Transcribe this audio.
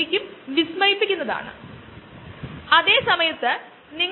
തുടർന്ന് പരിവർത്തനം നടത്തി അതിനെ ബയോ ഡീസൽ ആക്കുന്നു